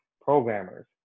programmers